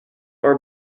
are